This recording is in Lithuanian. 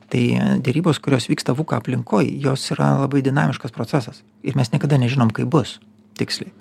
tai derybos kurios vyksta aplinkoj jos yra labai dinamiškas procesas ir mes niekada nežinom kaip bus tiksliai